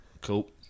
Cool